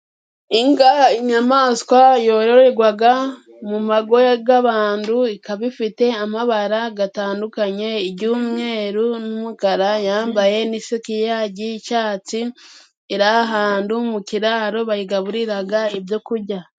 Inga, inyamaswa yororerwa mu mago y'bantu, ikaba ifite amabara atandukanye, iky'umweru n'umukara, yambaye n'isutiye y'icyatsi iri ahandu mu kiraro bayigaburira ibyo kujya.